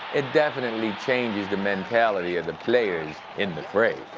it definitely changes the mentality of the players in the fray.